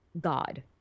God